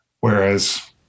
Whereas